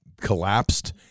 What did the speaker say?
collapsed